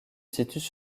situent